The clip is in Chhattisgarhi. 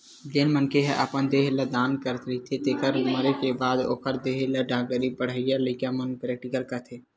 जेन मनखे ह अपन देह ल दान करे रहिथे तेखर मरे के बाद ओखर देहे ल डॉक्टरी पड़हइया लइका मन प्रेक्टिकल करथे